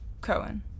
Cohen